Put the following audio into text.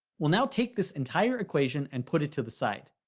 we'll now take this entire equation, and put it to the side.